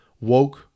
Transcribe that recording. woke